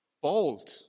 Bold